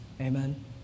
Amen